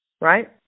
right